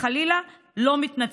הם לא מתנצלים,